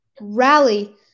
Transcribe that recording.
Rally